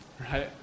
Right